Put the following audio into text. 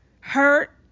hurt